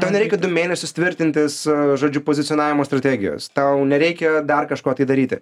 tau nereikia du mėnesius tvirtintis žodžiu pozicionavimo strategijos tau nereikia dar kažko tai daryti